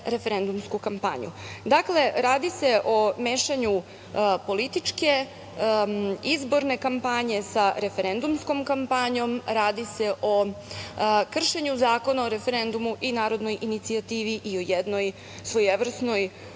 referendumsku kampanju. Dakle, radi se o mešanju političke izborne kampanje sa referendumskom kampanjom. Radi se o kršenju Zakona o referendumu i narodnoj inicijativi i jednoj svojevrsnoj